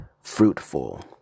fruitful